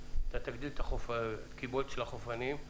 אתה תגדיל את הקיבולת של החופנים,